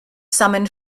summoned